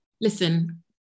Listen